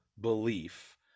belief